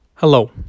Hello